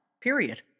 period